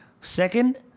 Second